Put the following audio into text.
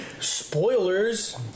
Spoilers